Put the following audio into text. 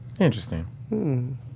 Interesting